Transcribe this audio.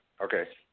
Okay